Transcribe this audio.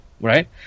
right